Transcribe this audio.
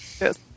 Yes